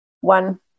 one